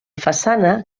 façana